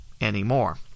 anymore